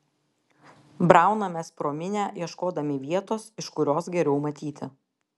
braunamės pro minią ieškodami vietos iš kurios geriau matyti